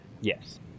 Yes